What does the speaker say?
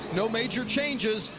no major changes.